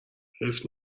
حیف